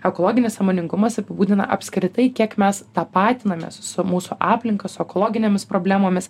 ekologinis sąmoningumas apibūdina apskritai kiek mes tapatinamės su mūsų aplinka su ekologinėmis problemomis